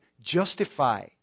justify